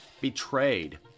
betrayed